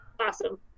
Awesome